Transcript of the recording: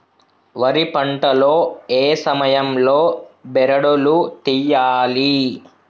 వరి పంట లో ఏ సమయం లో బెరడు లు తియ్యాలి?